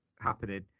happening